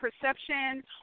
perception